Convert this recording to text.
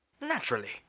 Naturally